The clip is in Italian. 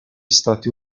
stati